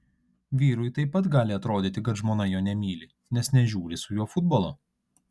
vyrui taip pat gali atrodyti kad žmona jo nemyli nes nežiūri su juo futbolo